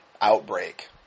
Outbreak